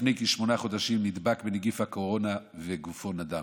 לפני כשמונה חודשים הוא נדבק בנגיף הקורונה וגופו נדם.